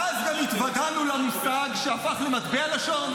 ואז גם התוודענו למושג שהפך למטבע לשון: